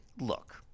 look